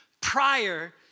prior